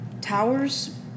Towers